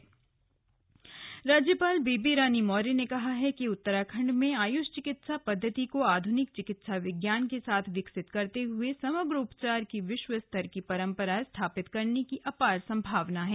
slug राज्यपाल दीक्षांत समारोह राज्यपाल बेबी रानी मौर्य ने कहा है कि उत्तराखण्ड में आयुष चिकित्सा पद्धति को आधुनिक चिकित्सा विज्ञान के साथ विकसित करते हुए समग्र उपचार की विश्व स्तर की परंपरा स्थापित करने की अपार संभावना है